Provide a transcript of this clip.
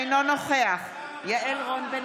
אינו נוכח יעל רון בן